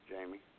Jamie